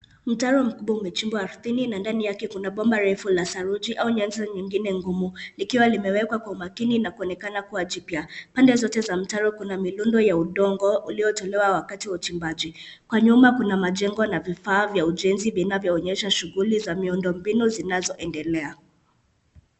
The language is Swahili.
Mtaro mkubwa umechimbwa ardhini na ndani yake kuna bomba refu la saruji au nyenzo nyingine ngumu, likiwa limewekwa kwa umakini na kuonekana kuwa jipya. Pande zote za mtaro kuna milundo ya udongo uliotolewa wakati wa uchimbaji. Kwa nyuma kuna majengo na vifaa vya ujenzi vinavyoonyesha shughuli za miundombinu zinazoendelea.